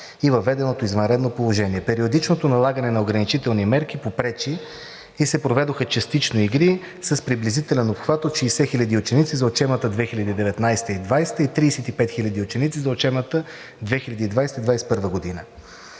и въведеното извънредно положение. Периодичното налагане на ограничителни мерки попречи и се проведоха частично игри с приблизителен обхват от 60 хил. ученици за 2019 – 2020 и 35 хил. ученици за 2021 – 2022 г.